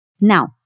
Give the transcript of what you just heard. Now